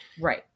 Right